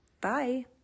bye